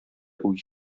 үги